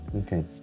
Okay